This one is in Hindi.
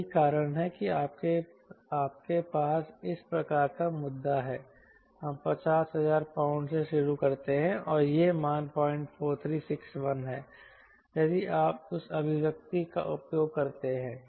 यही कारण है कि आपके पास इस प्रकार का मुद्दा है हम 50000 पाउंड से शुरू करते हैं और यह मान 04361 है यदि आप उस अभिव्यक्ति का उपयोग करते हैं